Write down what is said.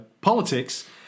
politics